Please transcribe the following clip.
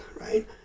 right